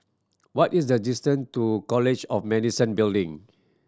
what is the distan to College of Medicine Building